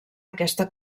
aquesta